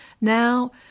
Now